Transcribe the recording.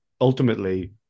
ultimately